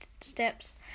steps